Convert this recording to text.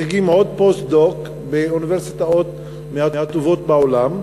משיגים עוד פוסט-דוקטורט באוניברסיטאות מהטובות בעולם,